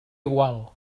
igual